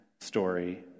story